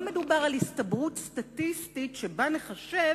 לא מדובר על הסתברות סטטיסטית שלפיה נחשב